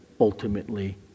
ultimately